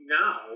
now